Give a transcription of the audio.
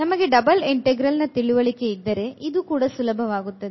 ನಮಗೆ double integral ನ ತಿಳುವಳಿಕೆ ಇದ್ದರೆ ಇದು ಕೂಡ ಸುಲಭವಾಗುತ್ತದೆ